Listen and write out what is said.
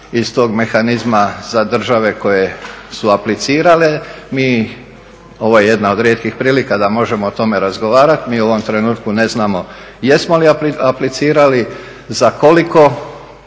iz tog mehanizma za države koje su aplicirale. Ovo je jedna od rijetkih prilika da možemo o tome razgovarati, mi u ovom trenutku ne znamo jesmo li aplicirali, za koliko